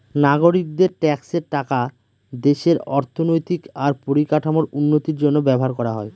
নাগরিকদের ট্যাক্সের টাকা দেশের অর্থনৈতিক আর পরিকাঠামোর উন্নতির জন্য ব্যবহার করা হয়